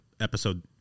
episode